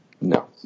No